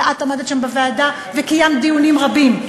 ואת עמדת שם בוועדה וקיימת דיונים רבים.